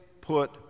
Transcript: put